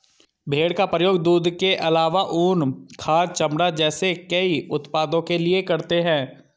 भेड़ का प्रयोग दूध के आलावा ऊन, खाद, चमड़ा जैसे कई उत्पादों के लिए करते है